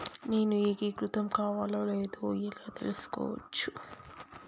నేను ఏకీకృతం కావాలో లేదో ఎలా తెలుసుకోవచ్చు?